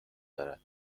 دارد